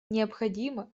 необходимо